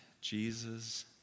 Jesus